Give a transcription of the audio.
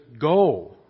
go